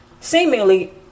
seemingly